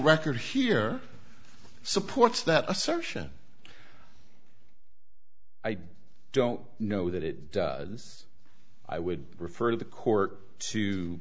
record here supports that assertion i don't know that it does i would refer to the court to